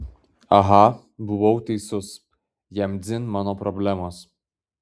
aha buvau teisus jam dzin mano problemos